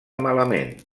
malament